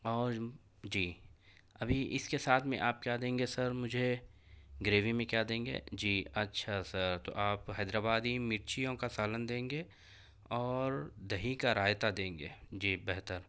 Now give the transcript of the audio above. اور جی ابھی اس کے ساتھ میں آپ کیا دیں گے سر مجھے گریوی میں کیا دیں گے جی اچھا سر تو آپ حیدرآبادی مرچیوں کا سالن دیں گے اور دہی کا رائیتا دیں گے جی بہتر